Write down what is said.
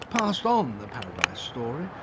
passed on the paradise story,